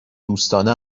دوستانه